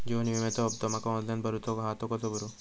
जीवन विम्याचो हफ्तो माका ऑनलाइन भरूचो हा तो कसो भरू?